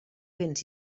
béns